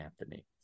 Anthony